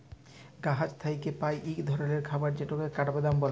গাহাচ থ্যাইকে পাই ইক ধরলের খাবার যেটকে কাঠবাদাম ব্যলে